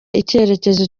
icyerekezo